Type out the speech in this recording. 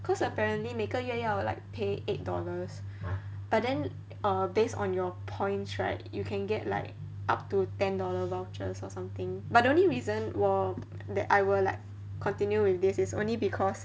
cause apparently 每个月要 like pay eight dollars but then uh based on your points right you can get like up to ten dollar vouchers or something but the only reason 我 that I will like continue with this is only because